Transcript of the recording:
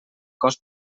cos